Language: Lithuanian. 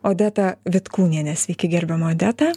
odetą vitkūnienę sveiki gerbiama odeta